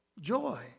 joy